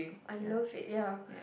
I love it ya